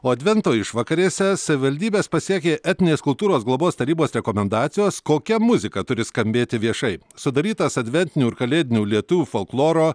o advento išvakarėse savivaldybes pasiekė etninės kultūros globos tarybos rekomendacijos kokia muzika turi skambėti viešai sudarytas adventinių ir kalėdinių lietuvių folkloro